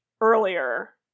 earlier